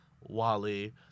Wally